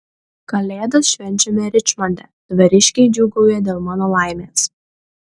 kalėdas švenčiame ričmonde dvariškiai džiūgauja dėl mano laimės